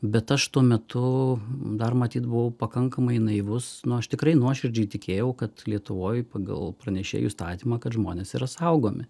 bet aš tuo metu dar matyt buvau pakankamai naivus nu aš tikrai nuoširdžiai tikėjau kad lietuvoj pagal pranešėjų įstatymą kad žmonės yra saugomi